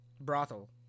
brothel